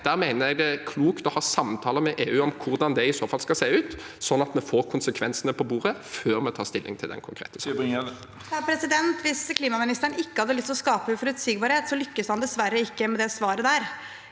Der mener jeg det er klokt å ha samtaler med EU om hvordan det i så fall skal se ut, sånn at vi får konsekvensene på bordet før vi tar stilling til den konkrete saken. Mathilde Tybring-Gjedde (H) Hvis kli- maministeren ikke hadde lyst til å skape uforutsigbarhet, lyktes han dessverre ikke med det svaret.